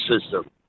system